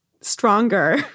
Stronger